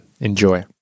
Enjoy